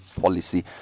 policy